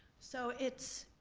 so it's,